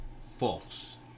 False